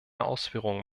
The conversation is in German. ausführungen